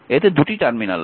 এতে 2টি টার্মিনাল আছে